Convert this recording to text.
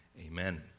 amen